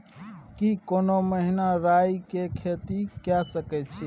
की कोनो महिना राई के खेती के सकैछी?